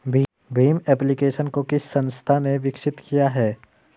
Bhim application को किस संस्था ने विकसित किया है?